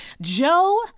Joe